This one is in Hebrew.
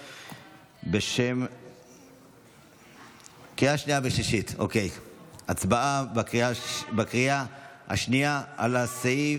2023. הצבעה בקריאה השנייה,